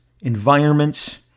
environments